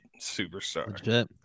superstar